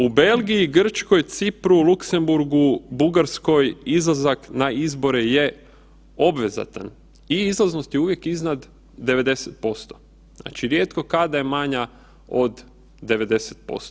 U Belgiji, Grčkoj, Cipru, Luksemburgu, Bugarskoj izlazak na izbore je obvezatan i izlaznost je uvijek iznad 90%, znači rijetko kada je manja od 90%